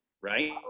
right